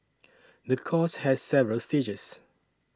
the course has several stages